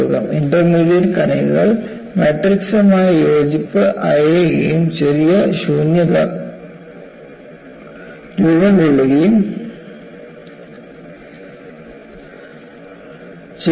intermediate കണികകൾ മാട്രിക്സുമായി യോജിപ്പ് അയയുകയും ചെറിയ ശൂന്യത രൂപം കൊള്ളുകയും ചെയ്യുന്നു